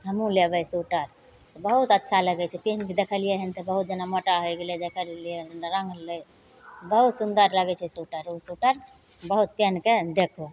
हमहूँ लेबै सोइटर से बहुत अच्छा लगै छै पेहनिके देखलिए हँ तऽ बहुत जेना मोटा होइ गेलै रङ्ग लै बहुत सुन्दर लगै छै सोइटर ओ सोइटर बहुत पेहनिके देखू